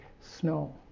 snow